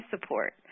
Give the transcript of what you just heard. support